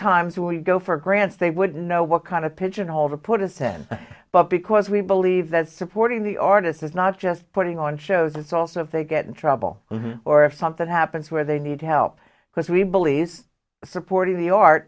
times we go for grants they wouldn't know what kind of pigeon hole to put us in but because we believe that supporting the artists is not just putting on shows it's also if they get in trouble or if something happens where they need help because we believe supporting the art